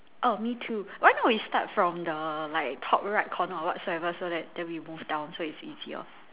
oh me too why not we start from the like top right corner or whatsoever so that then we move down so is easier